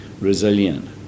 resilient